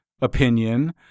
opinion